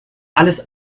alles